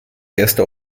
gäste